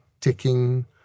ticking